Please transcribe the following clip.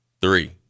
three